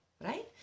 right